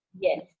yes